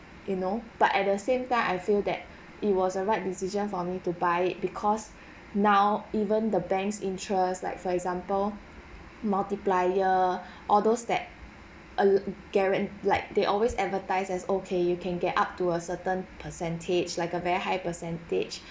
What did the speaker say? you know but at the same time I feel that it was a right decision for me to buy it because now even the bank's interest like for example multiplier all those that uh guaran~ like they always advertised as okay you can get up to a certain percentage like a very high percentage